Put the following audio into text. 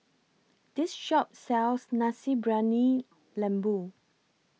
This Shop sells Nasi Briyani Lembu